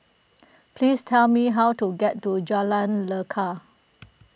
please tell me how to get to Jalan Lekar